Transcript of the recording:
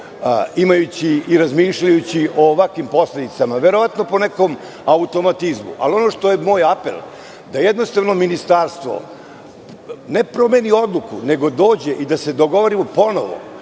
imajući i razmišljajući o ovakvim posledicama, verovatno po nekom automatizmu. Ono što je moj apel, da jednostavno ministarstvo ne promeni odluku, nego dođe i da se dogovorimo ponovo